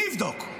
מי יבדוק?